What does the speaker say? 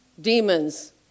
demons